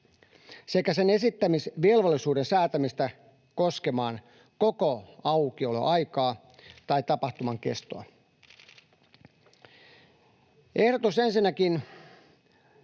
sekä sen esittämisvelvollisuuden säätämistä koskemaan koko aukioloaikaa tai tapahtuman kestoa. Ehdotus ensinnäkin